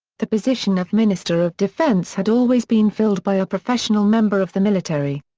the position of minister of defence had always been filled by a professional member of the military.